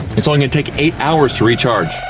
it's only take eight hours to recharge.